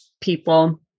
people